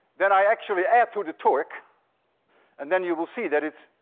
then i actually add to the torque and then you will see that it's.